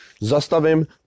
zastavím